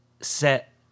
set